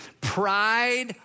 Pride